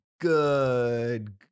Good